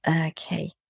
okay